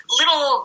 little